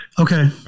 Okay